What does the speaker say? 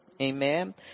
Amen